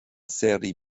seri